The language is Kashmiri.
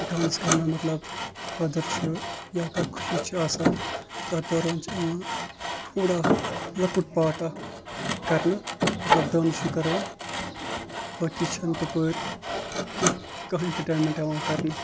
ڈانٕس کرنہٕ مطلب خٲدر چھُ یا کانٛہہ خوشی چھِ آسان تَتھ دوران چھُ یِوان تھوڑا لۄکُٹ پارٹ اکھ کرنہٕ مطلب ڈانٕس چھُ کران باقٕے چھےٚ نہٕ تَپٲر تیُتھ کانٛہہ اینٹرٹینٛمینٛٹ یِوان کرنہٕ